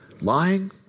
Lying